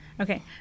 Okay